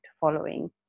following